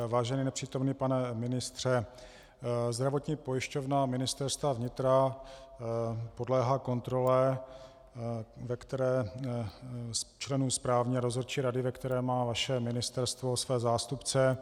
Vážený nepřítomný pane ministře, Zdravotní pojišťovna Ministerstva vnitra podléhá kontrole členů správní a dozorčí rady, ve které má vaše ministerstvo své zástupce.